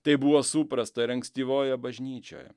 tai buvo suprasta ir ankstyvojoje bažnyčioje